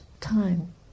time